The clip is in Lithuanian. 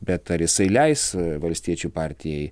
bet ar jisai leis valstiečių partijai